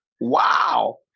Wow